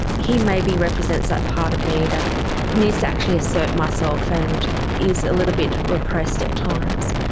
he maybe represents that part of me that needs to actually assert myself and is a little bit repressed at times.